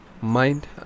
mind